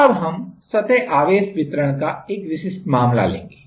अब हम सतह आवेश वितरण का एक विशिष्ट मामला लेंगे